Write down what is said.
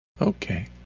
okay